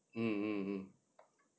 mm mm mm